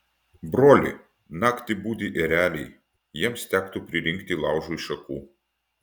broli naktį budi ereliai jiems tektų pririnkti laužui šakų